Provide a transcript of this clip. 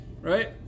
right